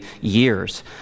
years